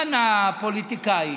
אחד מהפוליטיקאים,